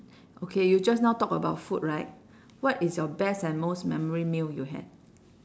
okay you just now talk about food right what is your best and most memory meal you had